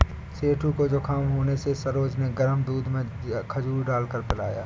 सेठू को जुखाम होने से सरोज ने गर्म दूध में खजूर डालकर पिलाया